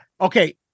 Okay